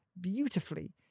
beautifully